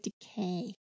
decay